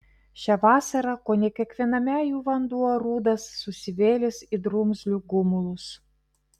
šią vasarą kone kiekviename jų vanduo rudas susivėlęs į drumzlių gumulus